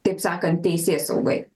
taip sakant teisėsaugai